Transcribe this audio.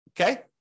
Okay